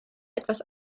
etwas